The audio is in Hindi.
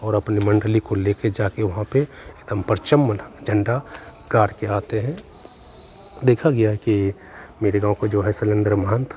और अपनी मण्डली को लेके जाके वहाँ पे एकदम परचम मना झण्डा गाड़ के आते हैं देखा गया है कि मेरे गाँव के जो हैं शैलेन्द्र महंत